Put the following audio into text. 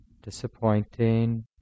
disappointing